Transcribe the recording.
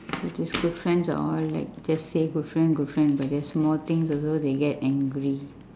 so this good friends are all like just say good friend good friend but just small things also they get angry